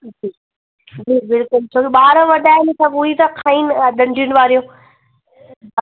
जी जी बिल्कुलु छो की ॿार वॾा आहिनि सभु उहा ई था खाइनि ॾंडियुनि वारियूं